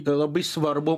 labai svarbų